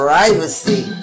Privacy